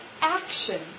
action